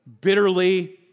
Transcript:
bitterly